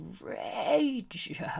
rage